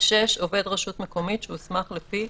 התשכ"ח-1968,(6)עובד רשות מקומית שהוסמך לפי